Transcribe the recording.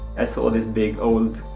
i saw this big old,